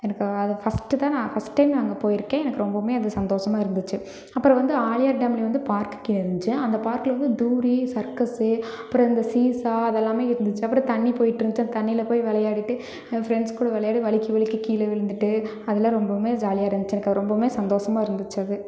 எனக்கு அது ஃபர்ஸ்ட் தான் ஃபர்ஸ்ட் டைம் நான் அங்கே போயிருக்கேன் எனக்கு ரொம்பவுமே அது சந்தோசமாக இருந்துச்சு அப்புறம் வந்து ஆலியா டேம் பார்க் இருந்துச்சு அந்த பார்கில் வந்து தூரி சர்க்கஸு அப்புறம் இந்த சீசா அதெல்லாமே இருந்துச்சு அப்புறம் தண்ணி போயிட்டுருந்துச்சு அந்த தண்ணியில் போய் விளையாடிட்டு ஃபிரண்ட்ஸ் கூட விளையாடி வழுக்கி வழுக்கி கீழே விழுந்துட்டு அதெல்லாம் ரொம்பமே ஜாலியாக இருந்துச்சு எனக்கு அது ரொம்வுமே சந்தோசமாக இருந்துச்சு அது